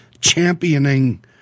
championing